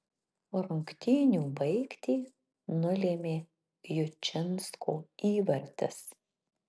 rungtynių baigtį nulėmė jučinsko įvartis